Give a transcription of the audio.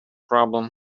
problem